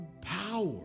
power